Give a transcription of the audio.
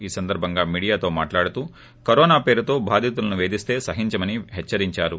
ఈ సందర్బంగా మీడియాతో మాట్లాడుతూ కరోనా పేరుతో బాధితులను పేధిస్త సహించమని హెచ్చరించారు